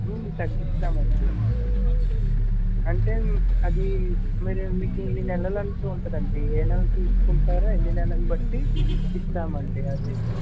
తగ్గిస్తామండి అంటే అది మరి మీకు ఇన్ని నెలలంటూ ఉంటుంది అండి ఏ నెలను తీసుకుంటారో ఎన్ని నెలను బట్టి ఇస్తామండి అది